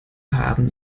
haben